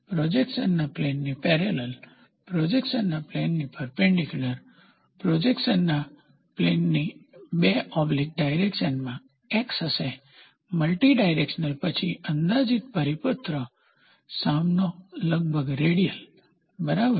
પ્રોજેક્શનના પ્લેનની પેરેલલ પ્રોજેક્શનના પ્લેનની પરપેન્ડીક્યુલર પ્રોજેક્શનના પ્લેનની 2 ઓબ્લીક ડાયરેકશન માં X હશે મલ્ટિ ડિરેશન પછી અંદાજિત પરિપત્ર સામનો પછી લગભગ રેડિયલ બરાબર